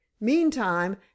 Meantime